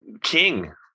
king